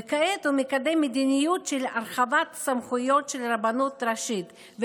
וכעת הוא מקדם מדיניות של הרחבת סמכויות של הרבנות הראשית,